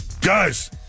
Guys